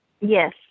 Yes